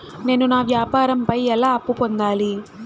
నేను నా వ్యాపారం పై ఎలా అప్పు పొందాలి?